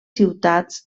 ciutats